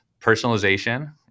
personalization